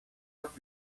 off